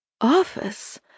Office